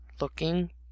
looking